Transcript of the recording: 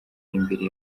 imbere